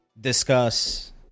discuss